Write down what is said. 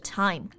time